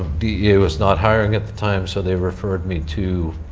dea was not hiring at the time, so they referred me to